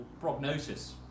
prognosis